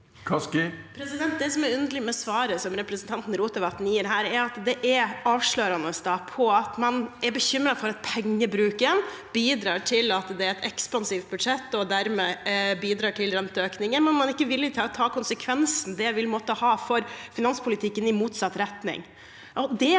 Det som er underlig med svaret som representanten Rotevatn gir, er at det er avslørende med tanke på at man er bekymret for at pengebruken bidrar til at det er et ekspansivt budsjett, og dermed bidrar til renteøkningen, men man er ikke villig til å ta konsekvensen det vil måtte ha for finanspolitikken i motsatt retning.